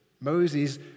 Moses